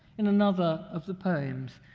in another of the poems,